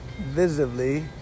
visibly